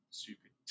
stupid